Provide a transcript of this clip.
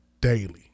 daily